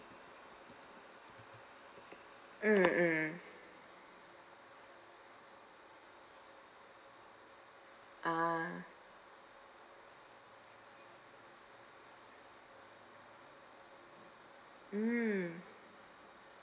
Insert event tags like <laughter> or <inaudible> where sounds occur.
mm mm ah mm <breath>